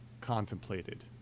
contemplated